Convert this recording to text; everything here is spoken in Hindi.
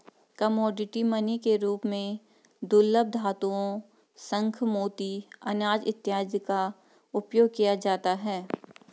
कमोडिटी मनी के रूप में दुर्लभ धातुओं शंख मोती अनाज इत्यादि का उपयोग किया जाता है